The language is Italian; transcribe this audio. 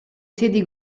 sedi